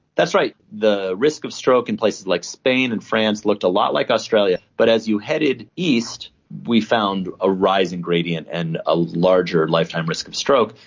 that's right, the risk of stroke in places like spain and france looked a lot like australia. but as you headed east we found a rising gradient and a larger lifetime risk of stroke.